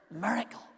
miracle